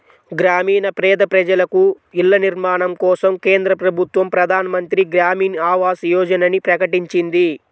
గ్రామీణ పేద ప్రజలకు ఇళ్ల నిర్మాణం కోసం కేంద్ర ప్రభుత్వం ప్రధాన్ మంత్రి గ్రామీన్ ఆవాస్ యోజనని ప్రకటించింది